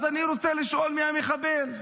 אז אני רוצה לשאול, מי המחבל?